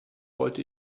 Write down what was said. wollte